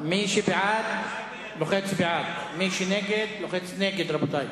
מי שבעד, לוחץ בעד, מי שנגד, לוחץ נגד.